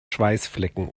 schweißflecken